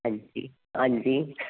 ਹਾਂਜੀ